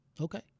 Okay